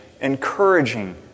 encouraging